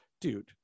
dude